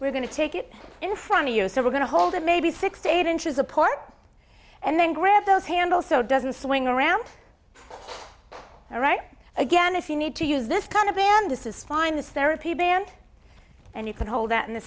we're going to take it in front of you so we're going to hold it maybe six to eight inches apart and then grab those handle so doesn't swing around all right again if you need to use this kind of a hand to sign this therapy band and you can hold that in the